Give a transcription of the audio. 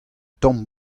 tamm